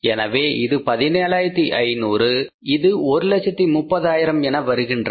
எனவே இது 17500 இது 130000 என வருகின்றது